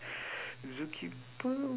zookeeper